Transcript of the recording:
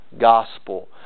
gospel